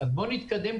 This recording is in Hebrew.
ביוני 19 התהפך הגלגל.